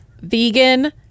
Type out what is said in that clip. vegan